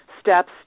Steps